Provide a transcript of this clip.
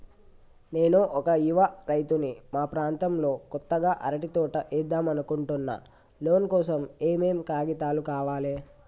నేను ఒక యువ రైతుని మా ప్రాంతంలో కొత్తగా అరటి తోట ఏద్దం అనుకుంటున్నా లోన్ కోసం ఏం ఏం కాగితాలు కావాలే?